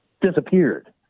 disappeared